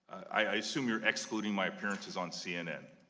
i assume you're excluding my appearances on cnn.